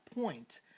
point